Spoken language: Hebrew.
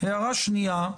הערה שנייה,